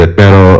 pero